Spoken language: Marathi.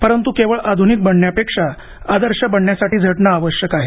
परंतु केवळ आधुनिक बनण्यापेक्षा आदर्श बनण्यासाठी झटणं आवश्यक आहे